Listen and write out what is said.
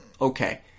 okay